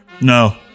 No